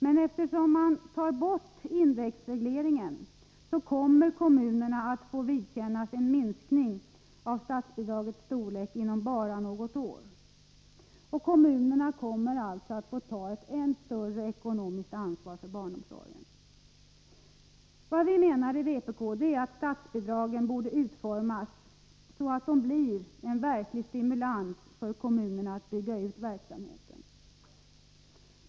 Men eftersom indexregleringen av statsbidragen föreslås upphöra, kommer kommunerna att få vidkännas en minskning av statsbidragets storlek inom bara något år. Kommunerna kommer alltså att få ta ett än större ekonomiskt ansvar för barnomsorgen. Enligt vpk:s mening borde statsbidragen utformas så att de blir en verklig stimulans för kommunerna att bygga ut verksamheten.